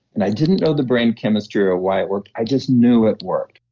and i didn't know the brain chemistry or why it worked. i just knew it worked.